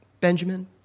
Benjamin